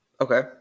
Okay